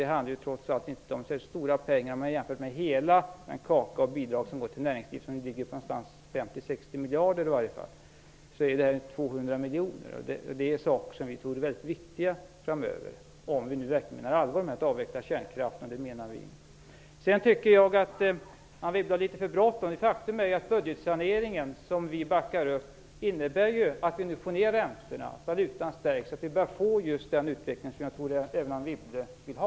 Det handlar trots allt inte om särskilt stora pengar om man jämför med hela den kaka av bidrag som går till näringslivet och som ligger någonstans på 50-60 miljarder kronor. Här är det fråga om 200 miljoner kronor. Detta är saker som vi tror är mycket viktiga framöver, om vi nu verkligen menar allvar med att avveckla kärnkraften, och det menar vi. Sedan tycker jag att Anne Wibble har litet för bråttom. Faktum är att den budgetsanering som vi backar upp innebär att vi nu får ned räntorna, att valutan stärks, att vi börjar få just den utveckling som jag tror att även Anne Wibble vill ha.